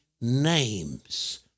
names